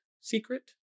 secret